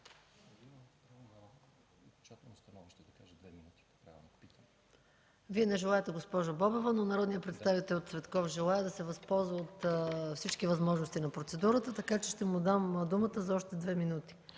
Вие не желаете, госпожо Бобева, но народният представител Цветков желае да се възползва от всички възможности на процедурата, така че ще му дам думата за още две минути.